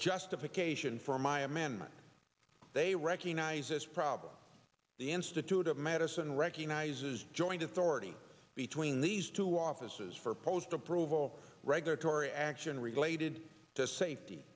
justification for my amendment they recognize this problem the institute of medicine recognizes joint authority between these two offices for post approval regulatory action related to safety